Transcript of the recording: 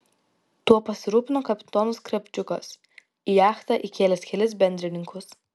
tuo pasirūpino kapitonas kravčiukas į jachtą įkėlęs kelis bendrininkus